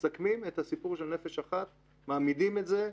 מסכמים את הסיפור של "נפש אחת", מעמידים את זה.